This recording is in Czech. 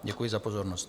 Děkuji za pozornost.